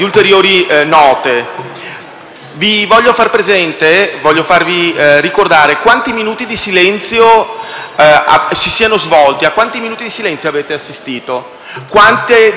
note. Colleghi, voglio farvi ricordare quanti minuti di silenzio si siano svolti: a quanti minuti di silenzio avete assistito? Quante dichiarazioni di cordoglio,